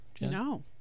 no